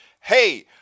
hey